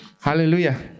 hallelujah